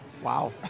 Wow